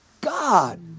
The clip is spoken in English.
God